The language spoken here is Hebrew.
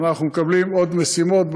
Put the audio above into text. אנחנו מקבלים עוד משימות,